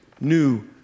new